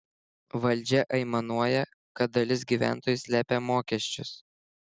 valdžia aimanuoja kad dalis gyventojų slepia mokesčius